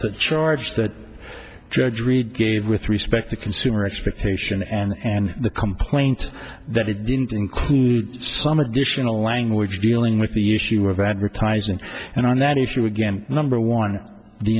charge that judge reed gave with respect to consumer expectation and the complaint that it didn't include some additional language dealing with the issue of advertising and on that issue again number one the